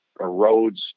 erodes